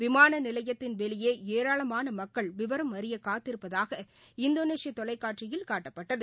விமானநிலையத்தின் வெளியேஏராளமானமக்கள் விவரம் அறியகாத்திருப்பதாக இந்தோனேஷியதொலைக்காட்சியில் காட்டப்பட்டது